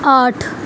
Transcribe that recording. آٹھ